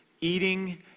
eating